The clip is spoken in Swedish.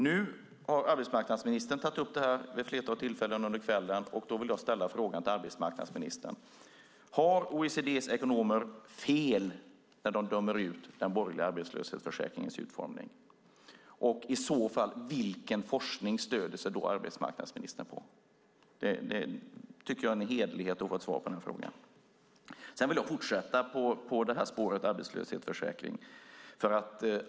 Nu har arbetsmarknadsministern tagit upp det här vid ett flertal tillfällen under kvällen, och då vill jag ställa frågan till henne: Har OECD:s ekonomer fel när de dömer ut den borgerliga arbetslöshetsförsäkringens utformning? Vilken forskning stöder sig i så fall arbetsmarknadsministern på? Jag tycker att det vore hederligt att svara på den frågan. Sedan vill jag fortsätta på spåret med arbetslöshetsförsäkringen.